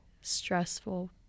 stressful